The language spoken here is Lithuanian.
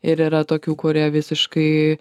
ir yra tokių kurie visiškai